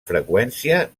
freqüència